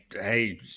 hey